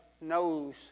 knows